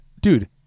dude